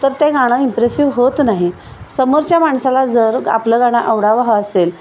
तर ते गाणं इम्प्रेसिव्ह होत नाही समोरच्या माणसाला जर आपलं गाणं आवडावं हवं असेल